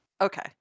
Okay